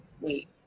wait